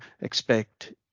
expect